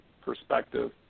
perspective